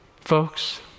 Folks